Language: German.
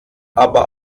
aber